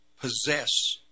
possess